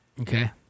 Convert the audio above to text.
Okay